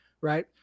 right